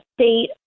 state